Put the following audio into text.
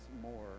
more